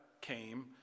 came